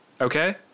okay